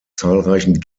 zahlreichen